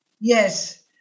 Yes